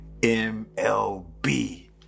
mlb